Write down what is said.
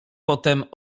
potem